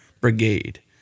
brigade